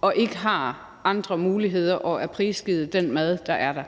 og ikke har andre muligheder og er prisgivet den mad, der er der,